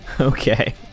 Okay